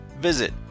Visit